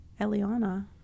Eliana